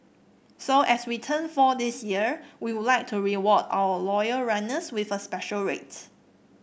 so as we turn four this year we would like to reward our loyal runners with a special rate